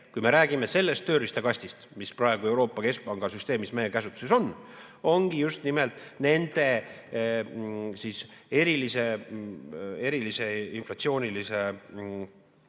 kui me räägime sellest tööriistakastist, mis praegu Euroopa Keskpanga süsteemis meie käsutuses on – ongi just nimelt nende erilise inflatsioonilise